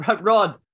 Rod